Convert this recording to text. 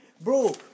Bro